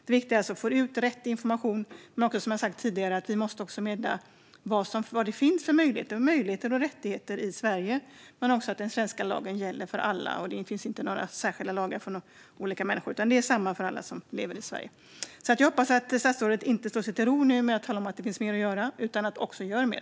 Det viktiga är att få ut rätt information, och som jag har sagt tidigare måste vi meddela vilka möjligheter som finns och vilka rättigheter som gäller i Sverige - men också att den svenska lagen gäller för alla. Det finns inga särskilda lagar för olika människor, utan den svenska lagen gäller för alla. Jag hoppas att statsrådet inte slår sig till ro efter att ha talat om att det finns mer att göra utan att han faktiskt gör mer.